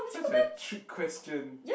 such a trick question